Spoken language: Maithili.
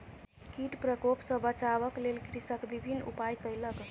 कीट प्रकोप सॅ बचाबक लेल कृषक विभिन्न उपाय कयलक